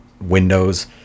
Windows